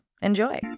Enjoy